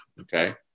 Okay